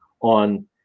on